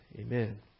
Amen